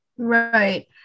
Right